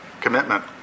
commitment